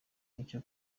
n’icyo